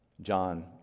John